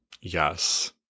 yes